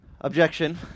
objection